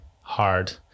hard